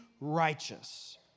righteous